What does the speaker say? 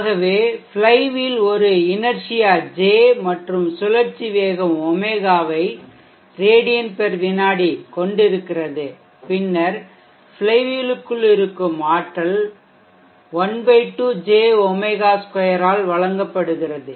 ஆகவே ஃப்ளைவீல் ஒரு inertia J மற்றும் சுழற்சி வேகம் ஒமேகாவை ரேடியன் வினாடி கொண்டிருக்கிறது பின்னர் ஃப்ளைவீலுக்குள் இருக்கும் ஆற்றல் ½J ω2 ஆல் வழங்கப்படுகிறது